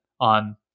on